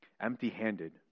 empty-handed